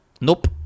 nope